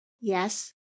Yes